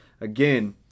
Again